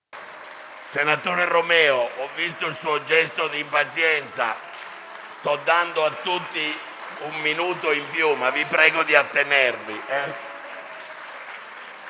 Senatore Romeo ho visto il suo gesto di impazienza. Sto dando a tutti un minuto in più, ma vi prego di attenervi